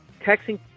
texting